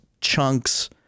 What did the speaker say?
chunks